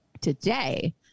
today